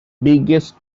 biggest